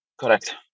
Correct